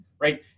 right